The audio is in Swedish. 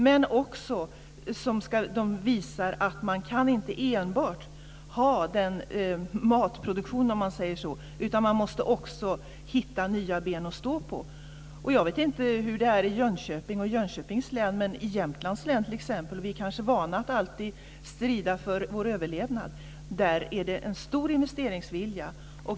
De visar också att man inte enbart kan ha matproduktion, om man säger så, utan man måste också hitta nya ben att stå på. Jag vet inte hur det är i Jönköping och Jönköpings län, men i Jämtlands län, t.ex. - vi är kanske vana vid att alltid strida för vår överlevnad - finns det en stor investeringsvilja.